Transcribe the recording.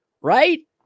Right